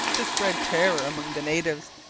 to spread terror among the natives.